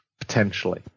potentially